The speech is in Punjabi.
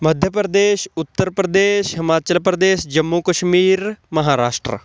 ਮੱਧ ਪ੍ਰਦੇਸ਼ ਉੱਤਰ ਪ੍ਰਦੇਸ਼ ਹਿਮਾਚਲ ਪ੍ਰਦੇਸ਼ ਜੰਮੂ ਕਸ਼ਮੀਰ ਮਹਾਰਾਸ਼ਟਰ